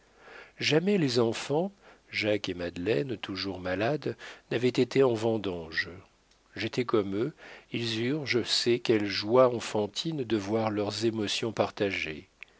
jamais les enfants jacques et madeleine toujours malades n'avaient été en vendange j'étais comme eux ils eurent je ne sais quelle joie enfantine de voir leurs émotions partagées